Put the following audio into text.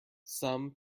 some